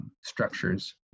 structures